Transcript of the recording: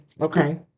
Okay